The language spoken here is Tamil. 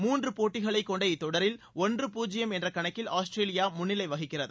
மூன்று போட்டிகளை கொண்ட இத்தொடரில் ஒன்று பூஜ்யம் என்ற கணக்கில் ஆஸ்திரேலியா முன்னிலை வகிக்கிறது